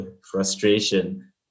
frustration